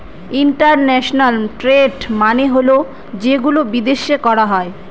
international trade মানে হল যেগুলো বিদেশে করা হয়